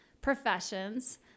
professions